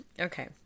Okay